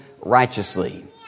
righteously